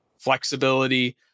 flexibility